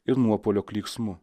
ir nuopuolio klyksmu